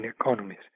economies